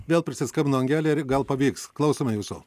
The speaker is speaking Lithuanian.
vėl prisiskambino angelė ir gal pavyks klausome jūsų